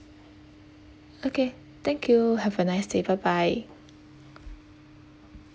okay thank you have a nice day bye bye